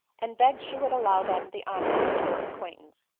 and begged she would allow them the honor of her acquaintance.